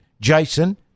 Jason